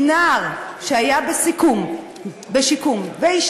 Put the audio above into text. כי נער שהיה בשיקום והשתקם